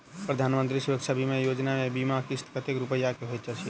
प्रधानमंत्री सुरक्षा बीमा योजना मे बीमा किस्त कतेक रूपया केँ होइत अछि?